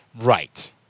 right